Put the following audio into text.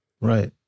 Right